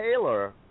Taylor